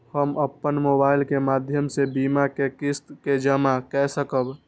हम अपन मोबाइल के माध्यम से बीमा के किस्त के जमा कै सकब?